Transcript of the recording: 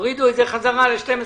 הורידו את זה בחזרה ל-12.